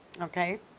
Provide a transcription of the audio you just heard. okay